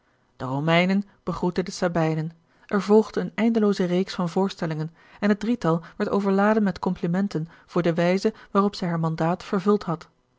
de romeinen begroetten de sabijnen er volgden eene eindelooze reeks van voorstellingen en het drietal werd overladen met komplimenten voor de wijze waarop zij haar mandaat vervuld had